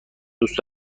دوست